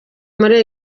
muri